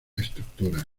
estructuras